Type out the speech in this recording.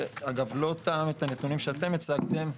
שאגב לא תאם את הנתונים שאתם הצגתם.